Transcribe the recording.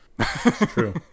true